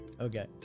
okay